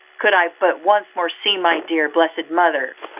could i but once more see my dear, blessed mother,